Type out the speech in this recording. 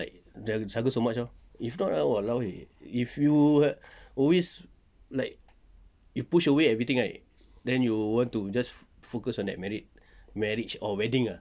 like struggle so much lor if not !wah! !walao! eh if you always like you push away everything right then you just want to focus on that marriage marriage or wedding ah